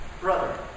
brother